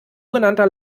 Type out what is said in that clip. genannter